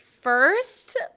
first